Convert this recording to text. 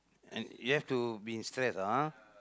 and you have to be in stress ah